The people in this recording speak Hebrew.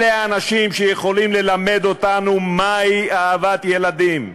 אלה האנשים שיכולים ללמד אותנו מהי אהבת ילדים,